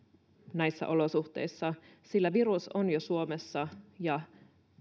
näissä olosuhteissa sillä virus on jo suomessa ja